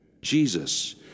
Jesus